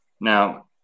Now